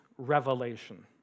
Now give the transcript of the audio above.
revelation